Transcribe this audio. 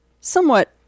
somewhat